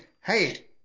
hey